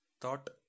thought